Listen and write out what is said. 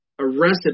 arrested